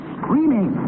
screaming